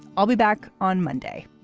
i'll be back on monday.